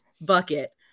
bucket